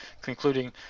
concluding